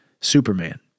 Superman